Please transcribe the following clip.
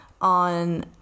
on